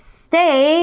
stay